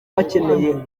bakeneye